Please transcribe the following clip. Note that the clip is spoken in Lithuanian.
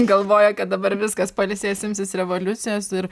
galvoja kad dabar viskas pailsės imsis revoliucijos ir